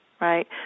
right